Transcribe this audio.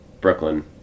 Brooklyn